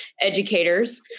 educators